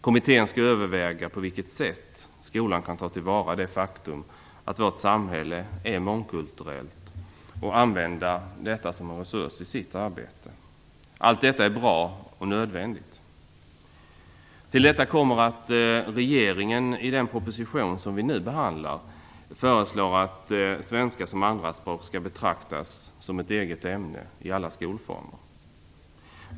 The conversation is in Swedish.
Kommittén skall överväga på vilket sätt skolan kan ta till vara det faktum att vårt samhälle är mångkulturellt och använda detta som en resurs i sitt arbete. Allt detta är bra och nödvändigt. Till detta kommer att regeringen i den proposition som vi nu behandlar föreslår att svenska som andraspråk skall betraktas som ett eget ämne i alla skolformer.